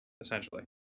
essentially